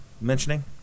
mentioning